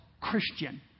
Christian